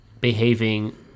behaving